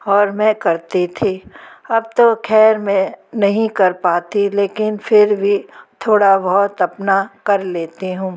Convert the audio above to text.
और मैं करती थी अब तो ख़ैर मैं नहीं कर पाती लेकिन फिर भी थोड़ा बहुत अपना कर लेती हूँ